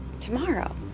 tomorrow